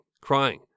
crying